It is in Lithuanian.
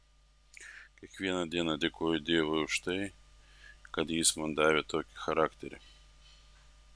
kiekvieną dieną dėkoju dievui už tai kad jis man davė tokį charakterį